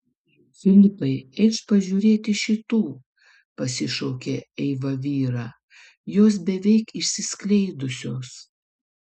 filipai eikš pažiūrėti šitų pasišaukė eiva vyrą jos beveik išsiskleidusios